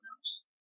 else